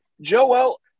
Joel